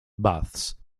baths